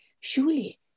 surely